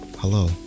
Hello